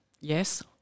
Yes